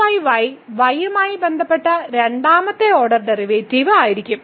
y യുമായി ബന്ധപ്പെട്ട് രണ്ടാമത്തെ ഓർഡർ ഡെറിവേറ്റീവ് ആയിരിക്കും